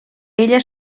ella